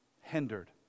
hindered